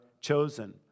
chosen